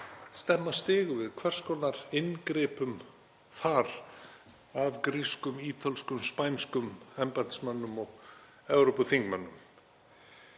stemma stigu við hvers konar inngripum þar af grískum, ítölskum og spænskum embættismönnum og Evrópuþingmönnum.